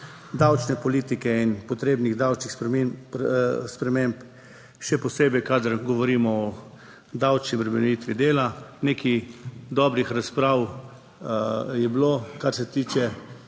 davčne politike in potrebnih davčnih sprememb, še posebej kadar govorimo o davčni obremenitvi dela. Nekaj dobrih razprav je bilo, kar se tiče